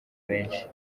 benshi